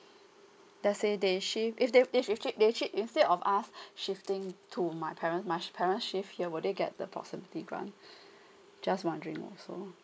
let's say they shift if they if they shift if they shift instead of us shifting to my parents my parents shift here will they get the proximity grant just wondering also